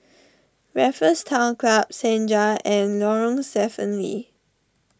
Raffles Town Club Senja and Lorong Stephen Lee